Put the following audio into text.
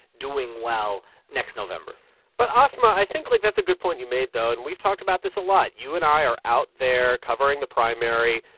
doing well next november but, asma, i think, like, that's a good point you've made, though. and we've talked about this a lot. you and i are out there covering the primary.